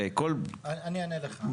אני אענה לך.